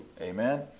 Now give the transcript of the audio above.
Amen